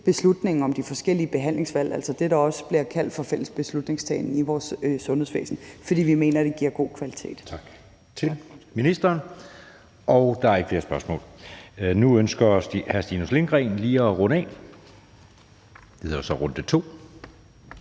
beslutningen om de forskellige behandlingsvalg, altså det, der også bliver kaldt for fælles beslutningstagning i sundhedsvæsenet, fordi vi mener, at det giver en god kvalitet. Kl. 20:08 Anden næstformand (Jeppe Søe): Tak til ministeren. Der er ikke flere spørgsmål. Nu ønsker hr. Stinus Lindgreen lige at runde af, og det hedder jo så runde to.